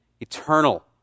eternal